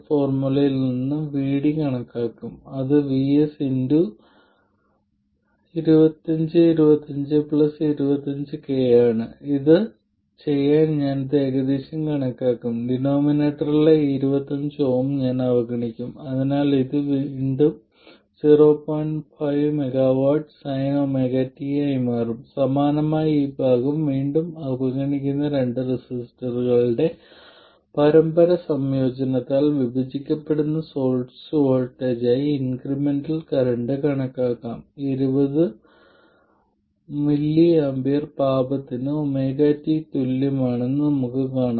അതിനാൽ നിങ്ങൾ വീണ്ടും V20 എവിടെയാണെന്ന് നോക്കുന്നു നിങ്ങൾ V10 ന് അനുയോജ്യമായ കർവ് തിരഞ്ഞെടുക്കുന്നു അതിനാൽ അത് ഇതാണെന്ന് പറയാം തുടർന്ന് അവിടെയുള്ള സ്ലോപ് y22 ന് തുല്യമായ ഓപ്പറേറ്റിംഗ് പോയിന്റിലെ ആ കർവിന്റെ സ്ലോപ് എന്ന് പറയാം